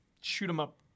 shoot-em-up